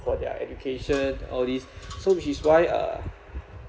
for their education all these so which is why uh